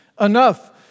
enough